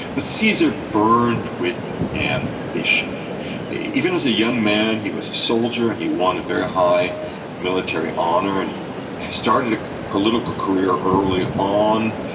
but caesar burned with and ambition. even as a young man, he was a soldier, and he won a very high military honor, and he started a political career early on,